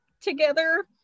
together